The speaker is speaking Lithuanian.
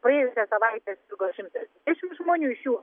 praėjusią savaitę sirgo šimtas dvidešimt žmonių iš jų